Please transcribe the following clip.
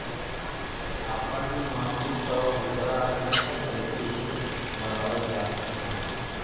आपन माटी क उर्वरा शक्ति कइसे बढ़ावल जा सकेला?